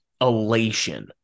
elation